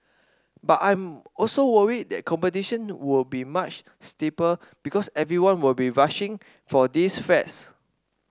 but I'm also worried that competition will be much steeper because everyone will be rushing for these flats